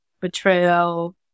betrayal